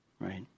Right